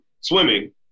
swimming